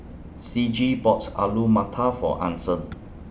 Ciji bought Alu Matar For Anson